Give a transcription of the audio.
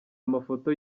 amafoto